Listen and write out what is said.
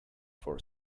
for